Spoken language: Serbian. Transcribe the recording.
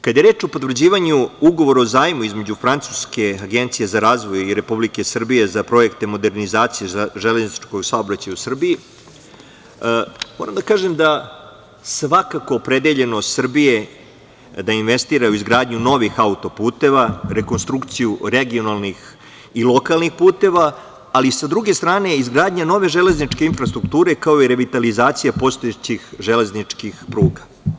Kada je reč o potvrđivanju Ugovora o zajmu između francuske Agencije za razvoj i Republike Srbije za projekte modernizacije železničkog saobraćaja u Srbiji, moram da kažem svakako opredeljenost Srbije da investira u izgradnju novih autoputeva, rekonstrukciju regionalnih i lokalnih puteva, ali sa druge strane i izgradnja nove železničke infrastrukture, kao i revitalizacija postojećih železničkih pruga.